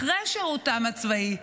אחרי שירותם הצבאי.